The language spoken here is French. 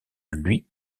lui